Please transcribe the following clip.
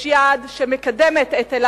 יש יד שמפתחת תשתיות תיירותיות,